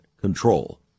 control